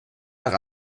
nach